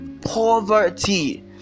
poverty